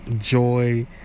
joy